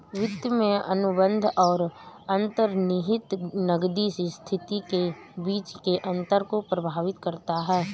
वित्त में अनुबंध और अंतर्निहित नकदी स्थिति के बीच के अंतर को प्रभावित करता है